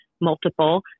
multiple